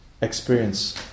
experience